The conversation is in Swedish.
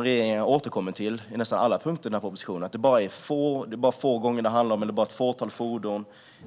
Regeringen återkommer på nästan alla punkter i propositionen till argumentet att det bara rör sig om ett fåtal tillfällen eller fordon.